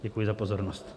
Děkuji za pozornost.